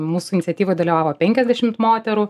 mūsų iniciatyvoj dalyvavo penkiasdešimt moterų